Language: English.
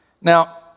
Now